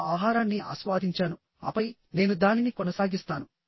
నేను ఆహారాన్ని ఆస్వాదించాను ఆపై నేను దానిని కొనసాగిస్తాను